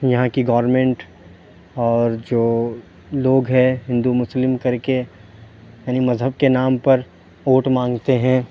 یہاں کی گورنمنٹ اور جو لوگ ہیں ہندو مسلم کر کے یعنی مذہب کے نام پر ووٹ مانگتے ہیں